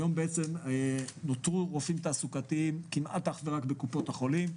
היום נותרו רופאים תעסוקתיים כמעט אך ורק בקופות החולים,